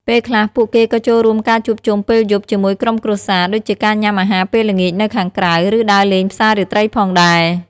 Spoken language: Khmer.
ពេលខ្លះ ពួកគេក៏ចូលរួមការជួបជុំពេលយប់ជាមួយក្រុមគ្រួសារដូចជាការញ៉ាំអាហារពេលល្ងាចនៅខាងក្រៅ ឬដើរលេងផ្សាររាត្រីផងដែរ។